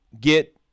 get